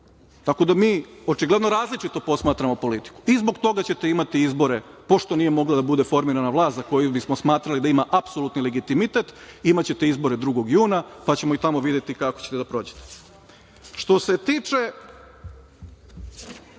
da mi očigledno različito posmatramo politiku i zbog toga ćete imati izbore, pošto nije mogla da bude formirana vlast za koju bismo smatrali da ima apsolutni legitimitet, imaćete izbore 2. juna pa ćemo i tamo videti kako ćete da prođete. Što se tiče